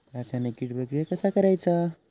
रासायनिक कीड प्रक्रिया कसा करायचा?